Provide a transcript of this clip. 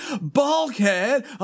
Bulkhead